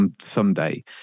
someday